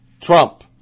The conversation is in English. Trump